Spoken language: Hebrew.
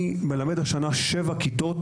אני מלמד השנה שבע כיתות,